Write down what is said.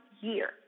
year